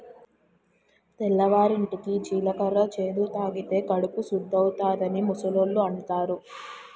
తెల్లవారింటికి జీలకర్ర చేదు తాగితే కడుపు సుద్దవుతాదని ముసలోళ్ళు అంతారు